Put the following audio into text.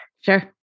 Sure